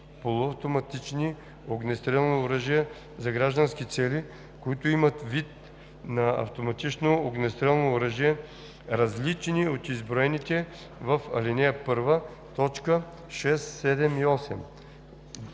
полуавтоматични огнестрелни оръжия за граждански цели, които имат вид на автоматично огнестрелно оръжие, различни от изброените в ал. 1, т. 6, 7 и 8;